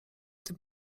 tym